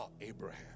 Abraham